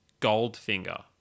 Goldfinger